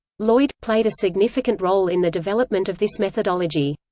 lloyd, played a significant role in the development of this methodology.